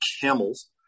Camels